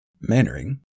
Mannering